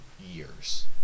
years